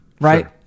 right